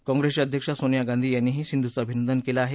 काँग्रेसच्या अध्यक्षा सोनीया गांधी यांनीही सिंधुचं अभिनंदन केलं आहे